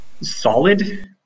solid